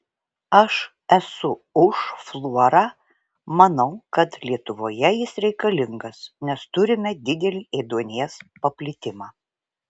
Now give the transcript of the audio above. aš esu už fluorą manau kad lietuvoje jis reikalingas nes turime didelį ėduonies paplitimą